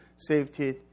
safety